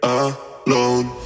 alone